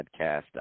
podcast